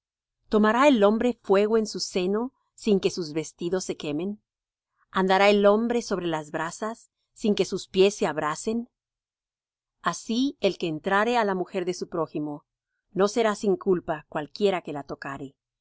tomará el hombre fuego en su seno sin que sus vestidos se quemen andará el hombre sobre las brasas sin que sus pies se abrasen así el que entrare á la mujer de su prójimo no será sin culpa cualquiera que la tocare